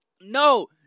No